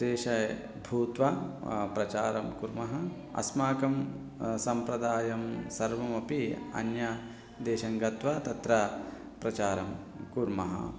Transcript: देशे भूत्वा प्रचारं कुर्मः अस्माकं सम्प्रदायं सर्वमपि अन्यदेशं गत्वा तत्र प्रचारं कुर्मः